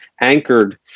anchored